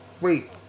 wait